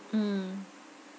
mm